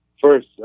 first